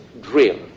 drill